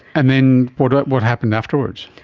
and then what but what happened afterwards?